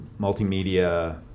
multimedia